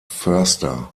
förster